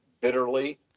bitterly